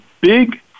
big